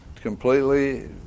completely